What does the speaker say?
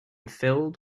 filled